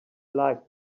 like